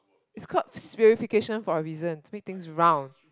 it's called spherification for a reason make things round